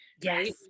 yes